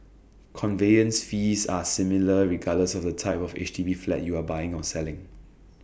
conveyance fees are similar regardless of the type of H D B flat you are buying or selling